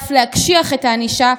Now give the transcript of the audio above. ואף להקשיח את הענישה,